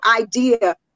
idea